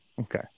Okay